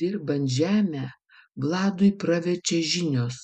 dirbant žemę vladui praverčia žinios